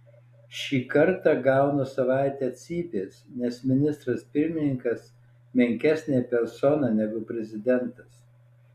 šį kartą gaunu savaitę cypės nes ministras pirmininkas menkesnė persona negu prezidentas